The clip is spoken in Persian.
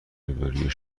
روبروی